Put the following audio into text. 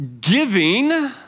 giving